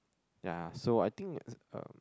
ya so I think uh